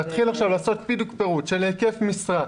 להתחיל עכשיו לעשות בדיוק פירוט של היקף משרה,